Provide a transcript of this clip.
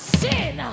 sin